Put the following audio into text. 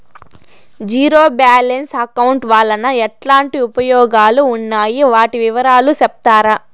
Zero balance account వలన ఎట్లాంటి ఉపయోగాలు ఉన్నాయి? వాటి వివరాలు సెప్తారా?